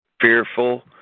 fearful